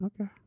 Okay